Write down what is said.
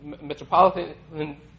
Metropolitan